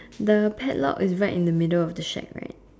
the padlock is right in the middle of the shed right